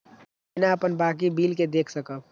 हम केना अपन बाकी बिल के देख सकब?